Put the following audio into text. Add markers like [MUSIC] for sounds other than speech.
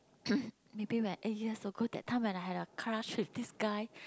[COUGHS] maybe when eight years ago that time when I had a crush with this guy